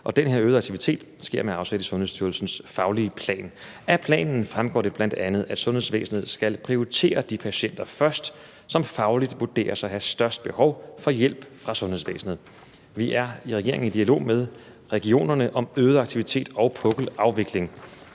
den her øgede aktivitet sker med afsæt i Sundhedsstyrelsens faglige plan. Af planen fremgår det bl.a., at sundhedsvæsenet skal prioritere de patienter først, som fagligt vurderes at have størst behov for hjælp fra sundhedsvæsenet. Vi er i regeringen i dialog med regionerne om øget aktivitet og pukkelafvikling.